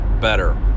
better